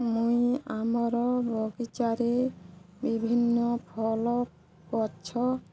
ମୁଇଁ ଆମର ବଗିଚାରେ ବିଭିନ୍ନ ଫଳ ଗଛ